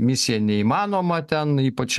misija neįmanoma ten ypač